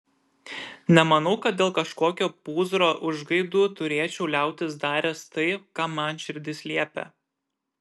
nemanau kad dėl kažkokio pūzro užgaidų turėčiau liautis daręs tai ką man širdis liepia